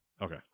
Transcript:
Okay